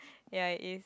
ya it is